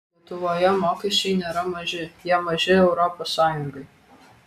lietuvoje mokesčiai nėra maži jie maži europos sąjungai